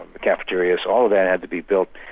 the cafeterias, all that had to be built,